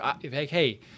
hey